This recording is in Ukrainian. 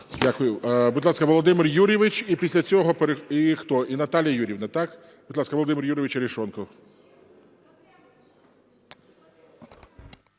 Дякую. Будь ласка, Володимир Юрійович, і після цього… І хто? І Наталія Юріївна, так? Будь ласка, Володимир Юрійович Арешонков.